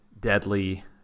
deadly